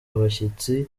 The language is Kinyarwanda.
abashyitsi